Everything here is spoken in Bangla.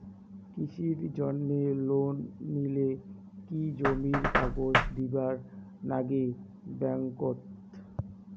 কৃষির জন্যে লোন নিলে কি জমির কাগজ দিবার নাগে ব্যাংক ওত?